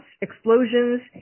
explosions